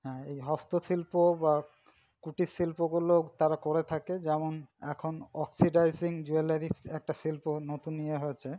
হ্যাঁ এই হস্তশিল্প বা কুটিরশিল্পগুলো তারা করে থাকে যেমন এখন অক্সিডাইজিং জুয়েলারি একটা শিল্পের নতুন ইয়ে হয়েছে